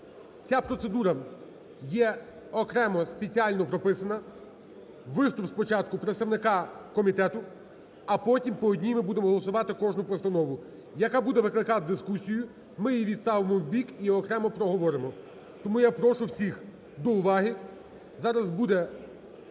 ця процедура є окремо спеціально прописана. Виступ спочатку представника комітету, а потім по одній ми будемо голосувати кожну постанову. Яка буде викликати дискусію, ми її відставимо в бік і окремо проговоримо. Тому я прошу всіх до уваги,